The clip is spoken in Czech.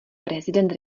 prezident